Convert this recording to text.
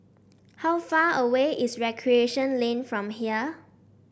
how far away is Recreation Lane from here